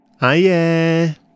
Hiya